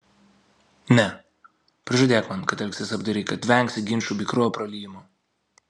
ne prižadėk man kad elgsiesi apdairiai kad vengsi ginčų bei kraujo praliejimo